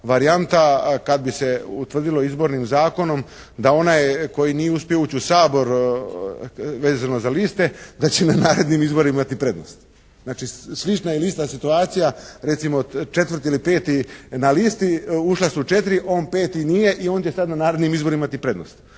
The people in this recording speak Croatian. varijanta kad bi se utvrdilo izbornim zakonom da onaj koji nije uspio ući u Sabor, vezano za liste, da će na narednim izborima imati prednost. Znači, slična ili ista situacija recimo 4 ili 5 na listi, ušla su 4, on 5 nije i on će sada na narednim izborima imati prednost.